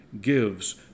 gives